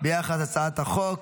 ביחס להצעת החוק.